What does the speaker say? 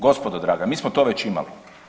Gospodo draga mi smo to već imali!